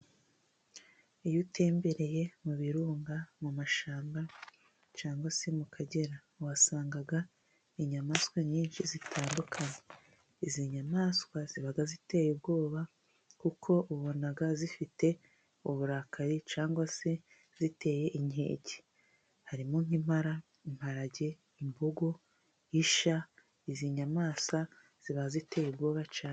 Iyo utembereye mu birunga, mu mashyamba cyangwa se mu Kagera, uhasanga inyamaswa nyinshi zitandukanye. Izi nyamaswa ziba ziteye ubwoba, kuko ubona zifite uburakari cyangwa se ziteye inkeke. Harimo nk'impara, imparage, imbogo, isha, izi nyamaswa ziba ziteye ubwoba cyane.